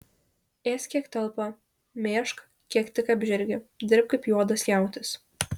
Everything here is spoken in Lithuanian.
ėsk kiek telpa mėžk kiek tik apžergi dirbk kaip juodas jautis